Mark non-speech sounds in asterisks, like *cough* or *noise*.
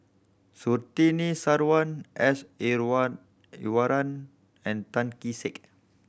Surtini Sarwan S *unintelligible* Iswaran and Tan Kee Sek